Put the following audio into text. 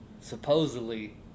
Supposedly